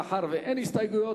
מאחר שאין הסתייגויות,